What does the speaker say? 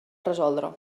resoldre